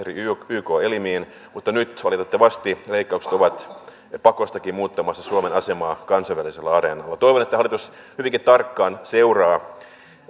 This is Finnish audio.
yk elimiin mutta nyt valitettavasti leikkaukset ovat pakostakin muuttamassa suomen asemaa kansainvälisellä areenalla toivon että hallitus hyvinkin tarkkaan seuraa